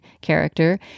character